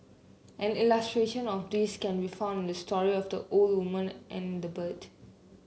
an illustration of this can be found the story of the old woman and the bird